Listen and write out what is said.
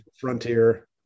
frontier